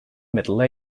middle